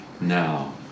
now